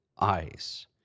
eyes